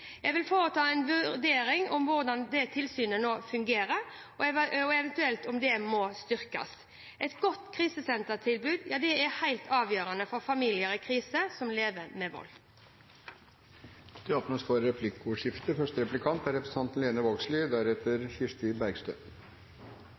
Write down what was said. Jeg vil foreta en vurdering av hvordan tilsynet fungerer, og om det eventuelt må styrkes. Et godt krisesentertilbud er helt avgjørende for familier i krise som lever med vold. Det blir replikkordskifte. Både barn som er utsette for vald, og barn som er